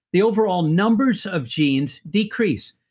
the overall numbers of genes decrease.